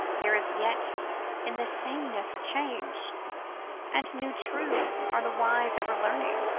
there is yet in this sameness a change and new truths are the wise ever learning.